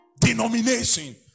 denomination